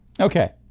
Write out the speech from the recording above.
Okay